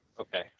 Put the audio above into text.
okay